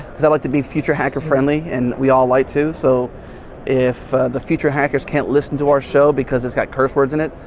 because i like to be future hacker friendly and we all like to. so if the future hackers can't listen to our show because it's got curse words in it,